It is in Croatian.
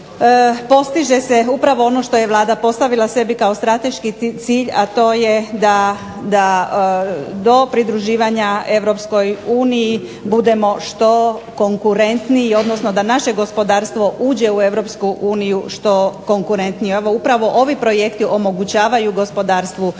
postiže se upravo ono što je Vlada postavila sebi kao strateški cilj, a to je da do pridruživanja Europskoj uniji budemo što konkurentniji, odnosno da naše gospodarstvo uđe u Europsku uniju što konkurentnije. Evo upravo ovi projekti omogućavaju gospodarstvu